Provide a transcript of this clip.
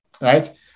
right